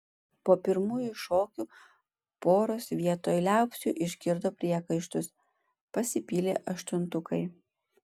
po pirmųjų šokių poros vietoj liaupsių išgirdo priekaištus pasipylė aštuntukai